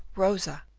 rosa!